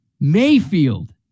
Mayfield